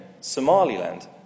Somaliland